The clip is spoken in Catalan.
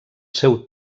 seu